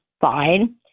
fine